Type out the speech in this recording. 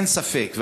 שאין ספק,